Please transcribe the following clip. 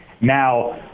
Now